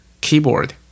keyboard